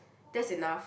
that's enough